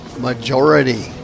Majority